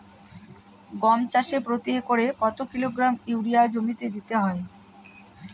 গম চাষে প্রতি একরে কত কিলোগ্রাম ইউরিয়া জমিতে দিতে হয়?